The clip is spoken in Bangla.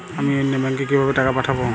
আমি অন্য ব্যাংকে কিভাবে টাকা পাঠাব?